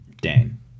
Dane